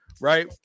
right